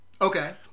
Okay